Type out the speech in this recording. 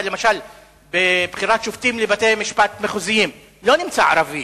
למשל בבחירת שופטים לבתי-משפט מחוזיים לא נמצא ערבי,